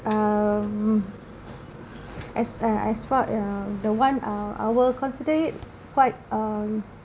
um as as far uh the one uh I will consider it quite uh